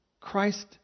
Christ